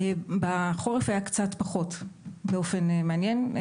בחורף היה קצת פחות באופן מעניין.